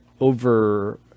over